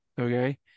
okay